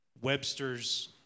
Webster's